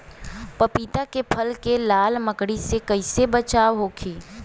पपीता के फल के लाल मकड़ी से कइसे बचाव होखि?